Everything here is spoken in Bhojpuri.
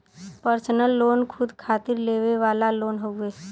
पर्सनल लोन खुद खातिर लेवे वाला लोन हउवे